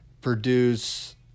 produce